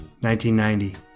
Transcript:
1990